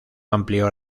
amplio